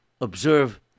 Observe